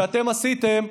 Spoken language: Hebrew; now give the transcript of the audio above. שאתם עשיתם,